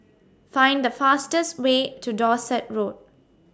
Find The fastest Way to Dorset Road